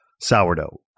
Sourdough